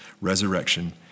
resurrection